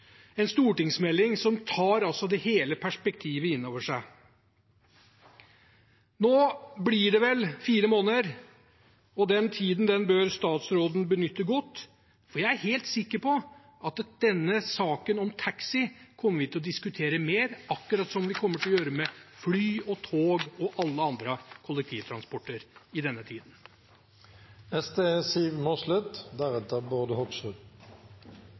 som tar hele perspektivet inn over seg. Nå blir det vel fire måneder utsettelse, og den tiden bør statsråden benytte godt, for jeg er helt sikker på at denne saken om taxi kommer vi til å diskutere mer – akkurat som vi kommer til å gjøre med fly, tog og all annen kollektivtransport i denne tiden. Det er